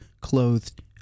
clothed